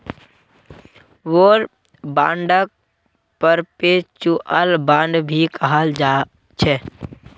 war बांडक perpetual bond भी कहाल जाछे